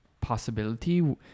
possibility